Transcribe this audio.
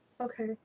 Okay